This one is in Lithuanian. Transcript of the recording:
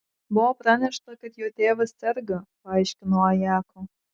buvo pranešta kad jo tėvas serga paaiškino ajako